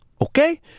Okay